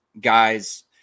guys